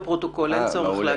יופי.